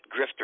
grifter